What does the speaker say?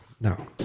No